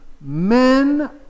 men